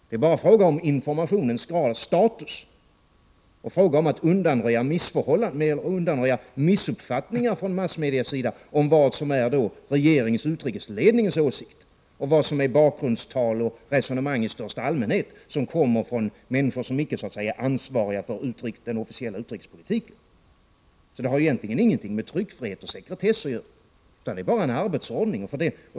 Det är bara fråga om informationens grad av status, fråga om att undanröja missuppfattningar från massmedias sida om vad som är regeringens och utrikesledningens åsikt och vad som är bakgrundstal och resonemang i största allmänhet, som kommer från människor som inte är ansvariga för den officiella utrikespolitiken. Detta har egentligen ingenting med tryckfrihet och sekretess att göra, utan det är bara en arbetsordning.